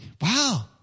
wow